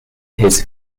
his